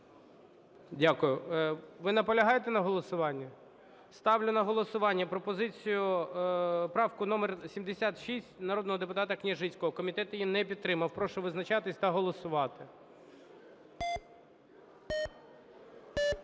Дякую. Ви наполягаєте на голосуванні? Ставлю на голосування пропозицію, правку номер 76 народного депутата Княжицького. Комітет її не підтримав. Прошу визначатись та голосувати.